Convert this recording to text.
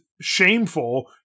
shameful